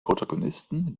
protagonisten